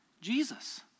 Jesus